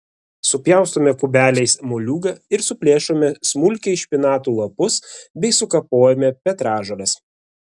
supjaustome kubeliais moliūgą ir suplėšome smulkiai špinatų lapus bei sukapojame petražoles